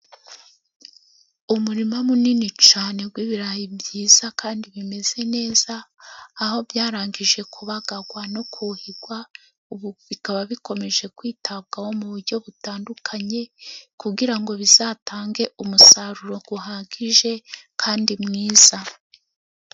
Umurima munini cyane w'ibirayi byiza kandi bimeze neza, aho byarangije kubagarwa no kuhirwa. Ubu bikaba bikomeje kwitabwaho mu buryo butandukanye, kugira ngo bizatange umusaruro uhagije kandi mwiza.